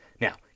Now